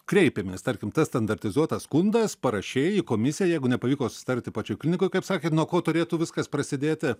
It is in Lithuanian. kreipėmės tarkim tas standartizuotas skundas parašei į komisiją jeigu nepavyko susitarti pačioj klinikoj kaip sakėt nuo ko turėtų viskas prasidėti